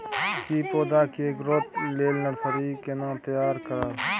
की पौधा के ग्रोथ लेल नर्सरी केना तैयार करब?